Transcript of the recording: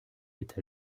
est